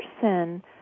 person